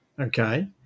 Okay